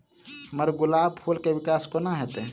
हम्मर गुलाब फूल केँ विकास कोना हेतै?